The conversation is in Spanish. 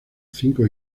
cinco